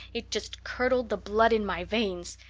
it just curdled the blood in my veins.